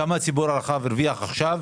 כמה הציבור הרחב הרוויח עכשיו,